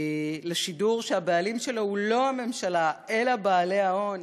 לשידור שהבעלים שלו הוא לא הממשלה אלא בעלי ההון,